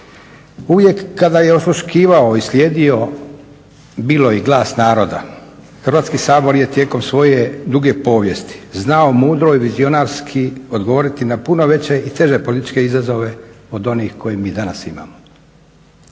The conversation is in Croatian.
uvijek kada je osluškivao i slijedio bilo i glas naroda, Hrvatski sabor je tijekom svoje duge povijesti znao mudro i vizionarski odgovoriti na puno veća i teže političke izazove od onih koji mi danas imamo.